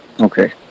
Okay